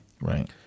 Right